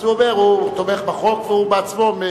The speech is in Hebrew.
אז הוא אומר: הוא תומך בחוק והוא בעצמו,